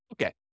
Okay